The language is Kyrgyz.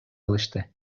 алышты